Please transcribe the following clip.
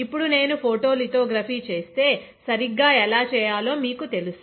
ఇప్పుడు నేను ఫోటోలితోగ్రఫీ చేస్తే సరిగ్గా ఎలా చేయాలో మీకు తెలుసు